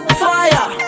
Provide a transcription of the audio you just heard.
fire